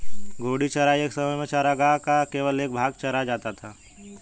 घूर्णी चराई एक समय में चरागाह का केवल एक भाग चरा जाता है